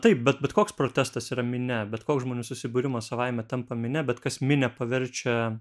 taip bet bet koks protestas yra minia bet koks žmonių susibūrimas savaime tampa minia bet kas minią paverčia